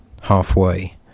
halfway